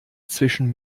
zwischen